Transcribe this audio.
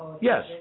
yes